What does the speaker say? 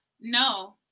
No